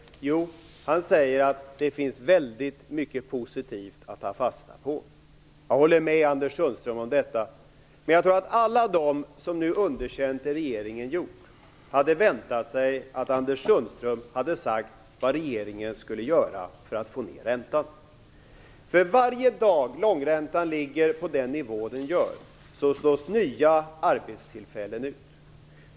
Jo, han säger att det finns väldigt mycket positivt att ta fasta på. Jag håller med Anders Sundström om detta, men jag tror att alla de som nu underkänt vad regeringen gjort hade väntat sig att Anders Sundström skulle säga vad regeringen skall göra för att få ned räntan. För varje dag långräntan ligger på den nivå där den ligger slås nya arbetstillfällen ut.